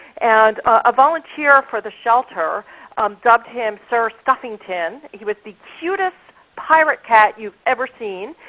and a volunteer for the shelter dubbed him sir stuffington. he was the cutest pirate cat you ever seen,